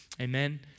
Amen